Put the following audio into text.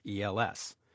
ELS